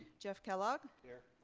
jeff kellogg? yeah